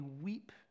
weep